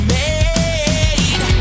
made